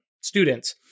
students